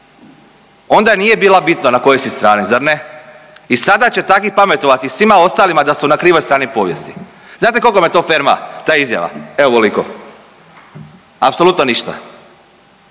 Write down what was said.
Onda nije bilo bitno na kojoj si strani, zar ne? I sada će takvi pametovati svima ostalima da su na krivoj strani povijesti. Znate koliko je to ferma, ta izjava? Evo ovoliko. Apsolutno ništa.